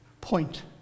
point